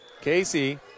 Casey